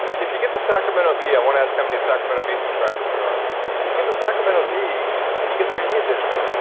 if you get the sacramento bee, i wanna ask how many sacramento bee subscribers there are if you get the sacramento bee, and you get their e-edition,